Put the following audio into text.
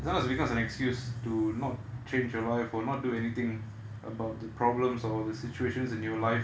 that becomes an excuse to not change your life or not do anything about the problems or the situations in your life